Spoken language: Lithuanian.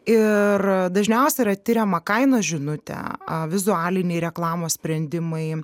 ir dažniausiai yra tiriama kainos žinutę vizualiniai reklamos sprendimai